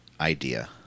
idea